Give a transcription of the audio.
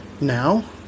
now